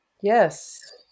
Yes